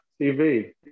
TV